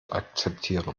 akzeptieren